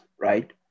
right